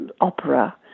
opera